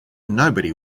nobody